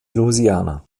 louisiana